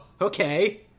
okay